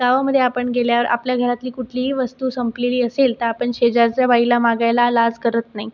गावामध्ये आपण गेल्यावर आपल्या घरातली कुठलीही वस्तू संपलेली असेल तर आपण शेजारच्या बाईला मागायला लाज करत नाही